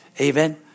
Amen